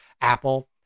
Apple